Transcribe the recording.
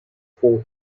for